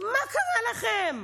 מה קרה לכם?